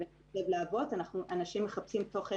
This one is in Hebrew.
ולהביא בכך,